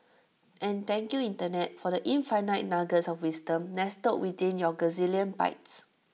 and thank you Internet for the infinite nuggets of wisdom nestled within your gazillion bytes